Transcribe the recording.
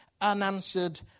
unanswered